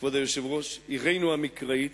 עירנו המקראית,